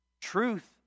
Truth